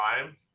time